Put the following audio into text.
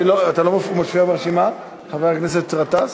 אתה לא מופיע ברשימה, חבר הכנסת גטאס?